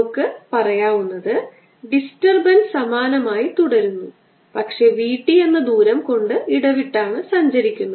നമുക്ക് പറയാവുന്നത് ഡിസ്റ്റർബൻസ് സമാനമായി തുടരുന്നു പക്ഷേ v t എന്ന ദൂരം കൊണ്ട് ഇടവിട്ടാണ് സഞ്ചരിക്കുന്നത്